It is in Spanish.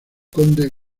conde